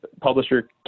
publisher